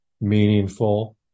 meaningful